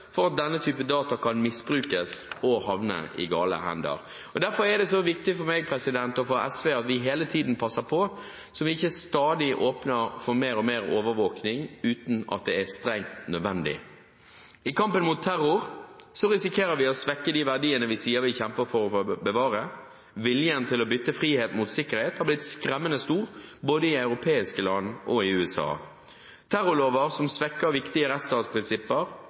for at denne typen data kan misbrukes og havne i gale hender. Derfor er det så viktig for meg og for SV at vi hele tiden passer på, så vi ikke stadig åpner for mer og mer overvåkning uten at det er strengt nødvendig. I kampen mot terror risikerer vi å svekke de verdiene vi sier vi kjemper for å bevare. Viljen til å bytte frihet mot sikkerhet har blitt skremmende stor, både i europeiske land og i USA. Terrorlover som svekker viktige rettsstatsprinsipper,